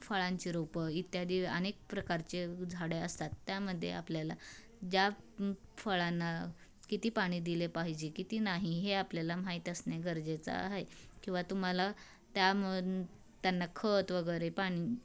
फळांची रोपं इत्यादी अनेक प्रकारचे झाडे असतात त्यामध्ये आपल्याला ज्या फळांना किती पाणी दिले पाहिजे किती नाही हे आपल्याला माहीत असणे गरजेचं हाय किंवा तुम्हाला त्याम त्यांना खत वगैरे पाणी